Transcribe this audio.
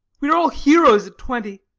we are all heroes at twenty,